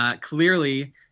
clearly